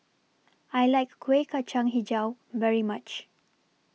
I like Kuih Kacang Hijau very much